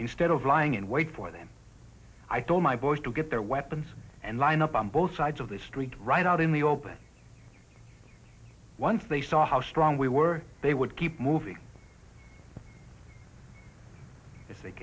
instead of lying in wait for them i told my boys to get their weapons and line up on both sides of the street right out in the open once they saw how strong we were they would keep moving as they